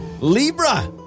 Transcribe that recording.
Libra